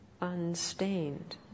unstained